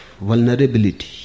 vulnerability